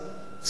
ציבורי